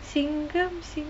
சிங்கம் சிங்கம்:singam singam